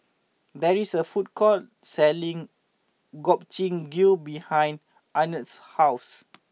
there is a food court selling Gobchang Gui behind Arnett's house